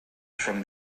from